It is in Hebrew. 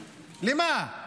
למה?